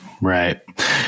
Right